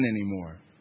anymore